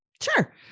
Sure